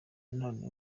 none